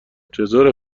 چطوره